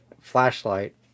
flashlight